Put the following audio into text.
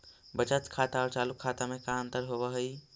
बचत खाता और चालु खाता में का अंतर होव हइ?